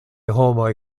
homoj